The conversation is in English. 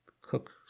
cook